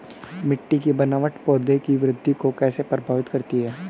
मिट्टी की बनावट पौधों की वृद्धि को कैसे प्रभावित करती है?